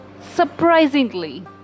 surprisingly